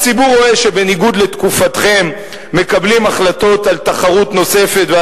הציבור רואה שבניגוד לתקופתכם מקבלים החלטות על תחרות נוספת ועל